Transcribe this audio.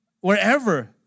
wherever